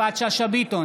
יפעת שאשא ביטון,